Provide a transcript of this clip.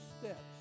steps